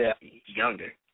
younger